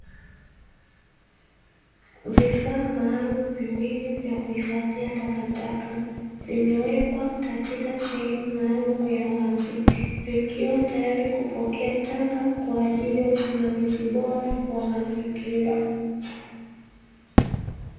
Vifaa maalumu viwili vya kuifadhia takataka vimewekwa katika sehemu maalum ya wazi vikiwa tayari kupokea taka kwaajili ya usimamizi bora wa mazingira.